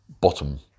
bottom